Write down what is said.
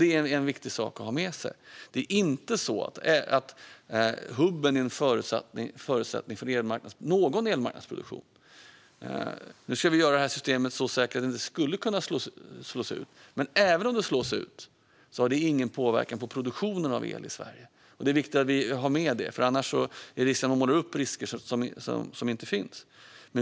Det är en viktig sak att ha med sig. Det är inte så att hubben är en förutsättning för någon elmarknadsproduktion. Nu ska vi göra systemet så säkert att det inte ska kunna slås ut, men även om det skulle slås ut har det ingen påverkan på produktionen av el i Sverige. Det är viktigt att vi har med oss detta, för annars riskerar vi att måla upp risker som inte finns.